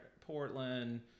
portland